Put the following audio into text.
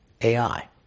AI